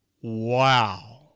Wow